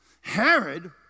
Herod